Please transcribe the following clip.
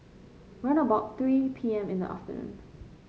round about three P M in the afternoon